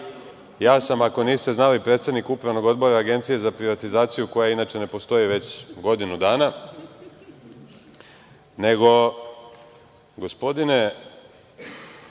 Ja sam, ako niste znali, predsednik Upravnog odbora Agencije za privatizaciju, koja inače ne postoji već godinu dana. Nego, gospodine